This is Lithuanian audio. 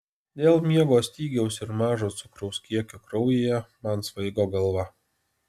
dėl miego stygiaus ir mažo cukraus kiekio kraujyje man svaigo galva